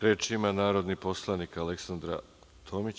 Reč ima narodni poslanik Aleksandra Tomić.